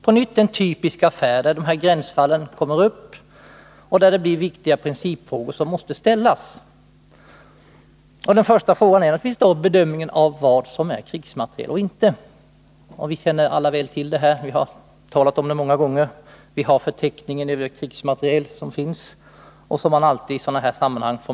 På nytt har vi nu en affär med gränsfall som gör att vi måste ta ställning till viktiga principfrågor. Den första frågan är då vad vi bedömer vara krigsmateriel och vad som inte är det. Vi känner alla till dessa frågeställningar, för vi har diskuterat dem många gånger. Vi har som bekant förteckningen över krigsmateriel, och den hänvisar man formellt till i alla sådana här sammanhang.